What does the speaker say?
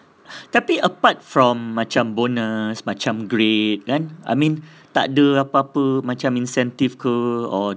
tapi apart from macam bonus macam grade kan I mean takde apa-apa macam incentive ke or